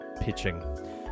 pitching